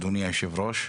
אדוני היושב-ראש,